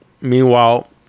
Meanwhile